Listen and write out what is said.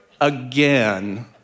again